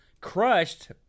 crushed